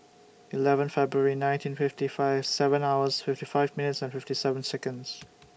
eleven February nineteen fifty five seven hours fifty five minutes and fifty seven Seconds